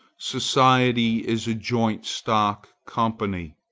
society is a joint-stock company,